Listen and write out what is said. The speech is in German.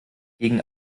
gegen